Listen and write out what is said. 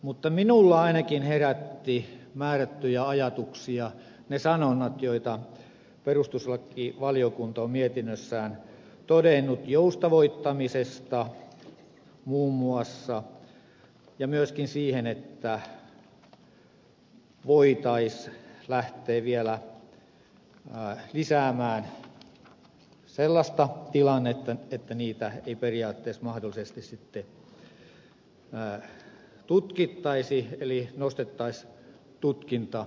mutta minussa ainakin herättivät määrättyjä ajatuksia ne sanonnat joita perustuslakivaliokunta on mietinnössään todennut joustavoittamisesta muun muassa ja myöskin siitä että voitaisiin lähteä vielä lisäämään sellaista tilannetta että niitä ei periaatteessa mahdollisesti sitten tutkittaisi eli nostettaisiin tutkintakynnystä